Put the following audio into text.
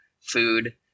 food